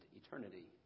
eternity